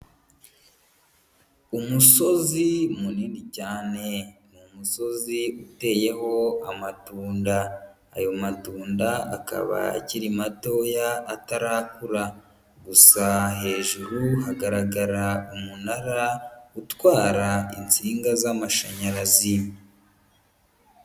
Umusozi munini cyane, ni umusozi uteyeho amatunda, ayo matunda akaba akiri matoya atarakura, gusa hejuru hagaragara umunara utwara insinga z'amashanyarazi.